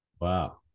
Wow